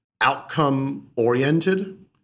outcome-oriented